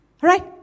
Right